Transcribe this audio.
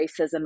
racism